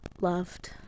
loved